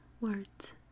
words